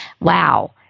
Wow